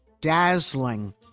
dazzling